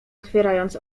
otwierając